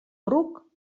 ruc